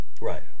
Right